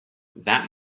that